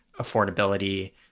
affordability